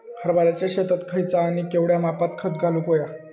हरभराच्या शेतात खयचा आणि केवढया मापात खत घालुक व्हया?